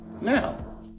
now